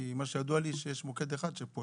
כי מה שידוע לי זה שיש מוקד אחד שפועל.